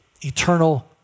eternal